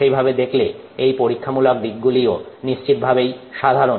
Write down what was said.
সেই ভাবে দেখলে এই পরীক্ষামূলক দিকগুলিও নিশ্চিতভাবেই সাধারণ